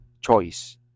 choice